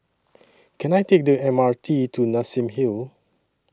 Can I Take The M R T to Nassim Hill